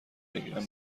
بگیرم